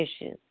issues